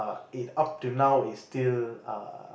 it up till now it's still uh